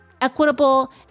equitable